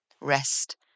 Rest